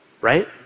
Right